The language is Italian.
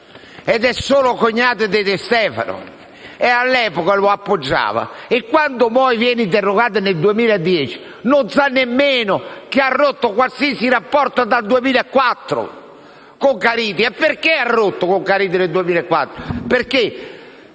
ed è solo cognato dei De Stefano e all'epoca lo appoggiava. Quando Moio viene interrogato nel 2010 non sa nemmeno che ha rotto qualsiasi rapporto dal 2004 con Caridi. E perché ha rotto con Caridi nel 2004? Chirico,